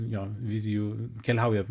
jo vizijų keliauja